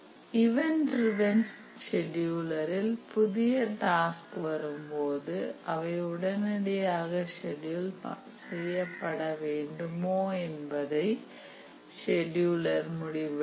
event driven செடியுலரில் புதிய task வரும்போது அவை உடனடியாக ஷெட்யூல் செய்யப்பட வேண்டுமோ என்பதை செடியுலர் முடிவெடுக்கும்